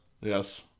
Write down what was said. Yes